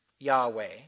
Yahweh